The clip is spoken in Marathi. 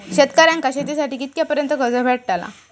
शेतकऱ्यांका शेतीसाठी कितक्या पर्यंत कर्ज भेटताला?